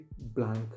blank